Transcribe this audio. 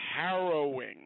harrowing